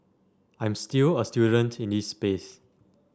I'm still a student in this space